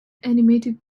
animated